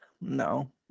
No